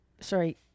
Sorry